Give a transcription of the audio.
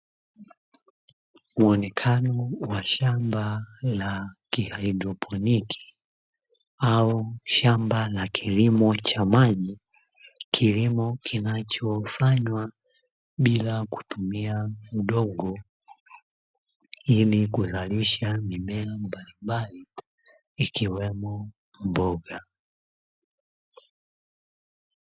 Muonekano wa shamba la kihaidrponiki au shamba la kilimo cha maji, kilimo kinachofanywa bila kutumia udongo ili kuzalisha mimea mbalimbali ikiwemo mboga.